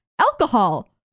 alcohol